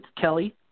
Kelly